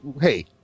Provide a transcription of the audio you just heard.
Hey